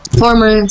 former